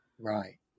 right